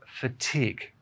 fatigue